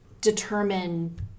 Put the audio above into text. determine